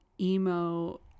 emo